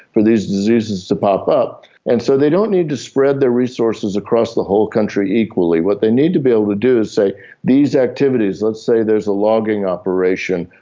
for these diseases to pop up, and so they don't need to spread their resources across the whole country equally. what they need to be able to do is say these activities, let's say there is a logging operation,